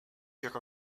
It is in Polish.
jaka